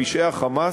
פשעי ה"חמאס"